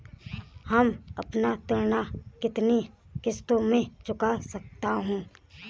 हम अपना ऋण कितनी किश्तों में चुका सकते हैं?